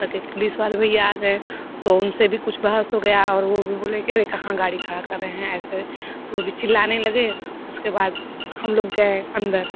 तब तक एक पुलिस वाले भईया आ गये तो उनसे भी कुछ बहस हो गया और वो बोले अरे कहाँ गाड़ी खड़ा कर रहे है ऐसे वो भी चिल्लाने लगे उसके बाद हम लोग गये अन्दर